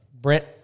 Brent